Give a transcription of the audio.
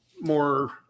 more